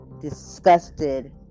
disgusted